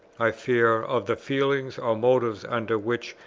i fear, of the feelings or motives under which,